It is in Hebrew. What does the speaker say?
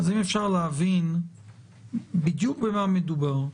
אז אם אפשר להבין בדיוק במה מדובר.